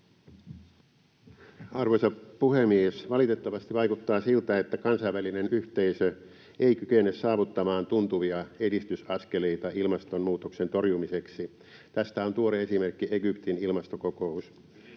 Arvoisa puhemies! Valitettavasti vaikuttaa siltä, että kansainvälinen yhteisö ei kykene saavuttamaan tuntuvia edistysaskeleita ilmastonmuutoksen torjumiseksi. Tästä on tuore esimerkki Egyptin ilmastokokous.